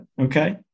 Okay